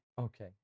Okay